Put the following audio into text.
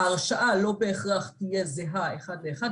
ההרשעה לא בהכרח תהיה זהה אחד לאחד.